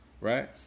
right